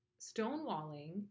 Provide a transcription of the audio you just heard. stonewalling